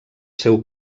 seu